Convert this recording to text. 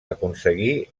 aconseguí